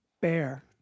bear